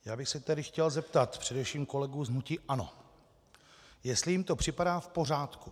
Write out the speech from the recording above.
Já bych se tedy chtěl zeptat především kolegů z hnutí ANO, jestli jim to připadá v pořádku.